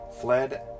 fled